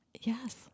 Yes